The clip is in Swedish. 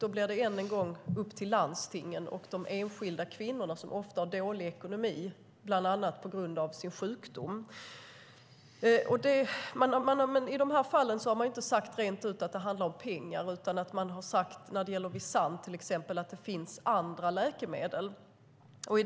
Då blir det ännu en gång upp till landstingen och de enskilda kvinnorna, som ofta har dålig ekonomi, bland annat på grund av sin sjukdom. I de här fallen har man inte sagt rent ut att det handlar om pengar, utan när det gäller Visanne, till exempel, har man sagt att det finns andra läkemedel.